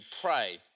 pray